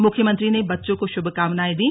मुख्यमंत्री ने बच्चों को शुभकामनाएं दी